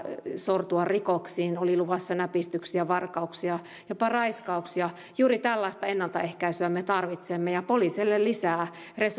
sortua rikoksiin oli luvassa näpistyksiä varkauksia jopa raiskauksia juuri tällaista ennaltaehkäisyä me tarvitsemme ja poliiseille lisää